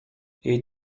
jej